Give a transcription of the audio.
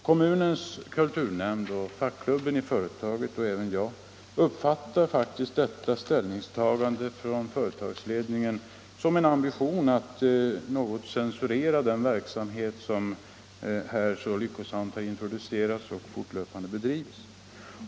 Kommunens kulturnämnd, fackklubben i företaget och även jag uppfattar faktiskt detta ställningstagande från företagsledningen som en ambition att något censurera den verksamhet som så lyckosamt introducerats och fortlöpande bedrivits.